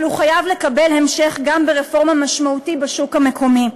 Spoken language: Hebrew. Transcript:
אבל הוא חייב לקבל המשך גם ברפורמה משמעותית בשוק המקומי.